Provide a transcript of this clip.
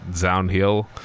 downhill